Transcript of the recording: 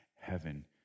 heaven